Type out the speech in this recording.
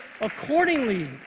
accordingly